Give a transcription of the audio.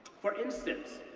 for instance,